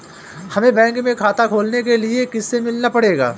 हमे बैंक में खाता खोलने के लिए किससे मिलना पड़ेगा?